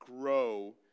grow